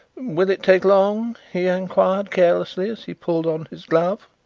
will it take long? he inquired carelessly, as he pulled on his glove.